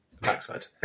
backside